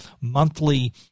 monthly